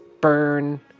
burn